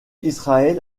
israël